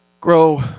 grow